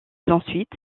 ensuite